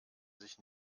sich